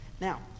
Now